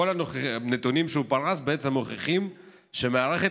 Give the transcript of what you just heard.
כל הנתונים שהוא פרס בעצם מוכיחים שמערכת